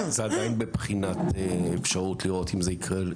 זה עדיין בבחינת אפשרות לראות אם זה יקרה,